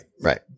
right